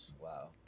Wow